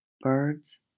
birds